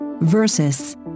versus